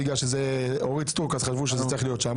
בגלל שזאת אורית סטרוק, חשבו שזה צריך להיות שם.